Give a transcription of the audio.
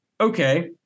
okay